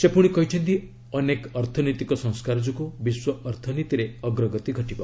ସେ କହିଛନ୍ତି ଅନେକ ଅର୍ଥନୈତିକ ସଂସ୍କାର ଯୋଗୁଁ ବିଶ୍ୱ ଅର୍ଥନୀତିରେ ଅଗ୍ରଗତି ଘଟିବ